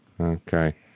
Okay